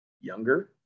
younger